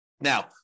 Now